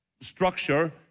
structure